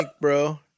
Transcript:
bro